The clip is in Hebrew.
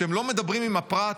שהם לא מדברים עם הפרט,